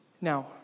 Now